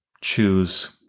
choose